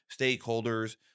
stakeholders